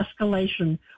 escalation